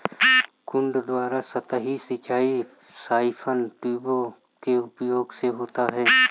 कुंड द्वारा सतही सिंचाई साइफन ट्यूबों के उपयोग से होता है